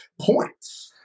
points